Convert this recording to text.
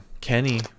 kenny